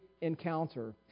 encounter